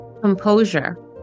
Composure